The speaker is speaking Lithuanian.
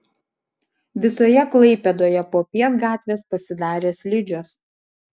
visoje klaipėdoje popiet gatvės pasidarė slidžios